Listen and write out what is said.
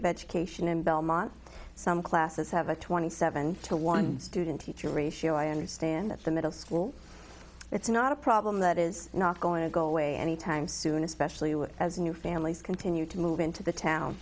of education in belmont some classes have a twenty seven to one student teacher ratio i understand at the middle school it's not a problem that is not going to go away any time soon especially with as new families continue to move into the town